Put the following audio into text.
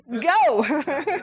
go